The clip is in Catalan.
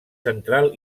central